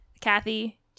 Kathy